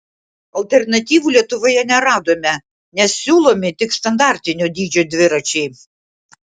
alternatyvų lietuvoje neradome nes siūlomi tik standartinio dydžio dviračiai